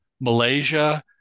Malaysia